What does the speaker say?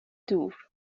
دور